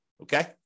okay